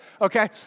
Okay